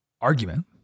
argument